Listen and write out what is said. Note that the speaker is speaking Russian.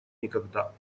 никогда